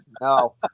no